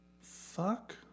Fuck